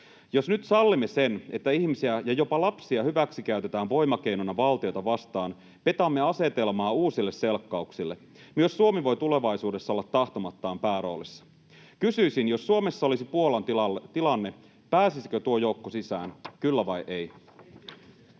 Jos nyt sallimme sen, että ihmisiä ja jopa lapsia hyväksikäytetään voimakeinona valtiota vastaan, petaamme asetelmaa uusille selkkauksille. Myös Suomi voi tulevaisuudessa olla tahtomattaan pääroolissa. Kysyisin: jos Suomessa olisi Puolan tilanne, pääsisikö tuo joukko sisään, kyllä vai ei?